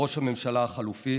וכראש הממשלה החלופי